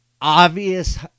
obvious